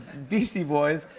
beastie boys.